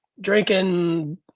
drinking